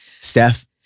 Steph